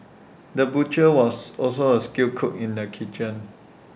the butcher was also A skilled cook in the kitchen